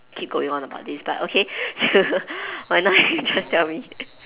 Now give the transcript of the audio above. keep going on about this but okay you might not have a chance to tell me